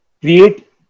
create